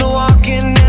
walking